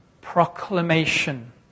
proclamation